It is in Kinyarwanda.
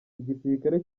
igisirikare